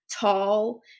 tall